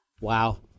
Wow